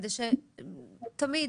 כדי שתמיד